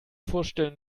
vorstellen